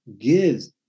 gives